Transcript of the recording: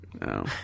No